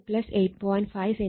5 cm 0